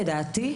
לדעתי,